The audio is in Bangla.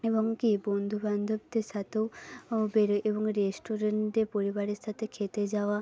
এবং কি বন্ধুবান্ধবদের সাথেও বেরোই এবং রেস্টুরেন্টে পরিবারের সাথে খেতে যাওয়া